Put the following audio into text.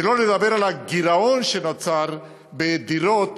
שלא לדבר על הגירעון שנוצר בדירות,